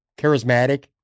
charismatic